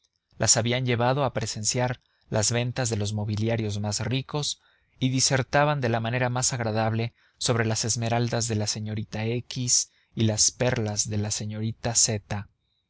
las habían llevado a presenciar las ventas de los mobiliarios más ricos y disertaban de la manera más agradable sobre las esmeraldas de la señorita x y las perlas de la señorita